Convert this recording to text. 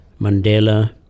Mandela